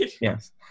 Yes